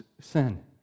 sin